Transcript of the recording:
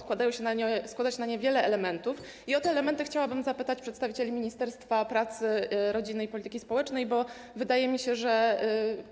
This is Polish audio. Składa się na nią wiele elementów i o te elementy chciałabym zapytać przedstawicieli ministerstwa pracy, rodziny i polityki społecznej, bo wydaje mi się, że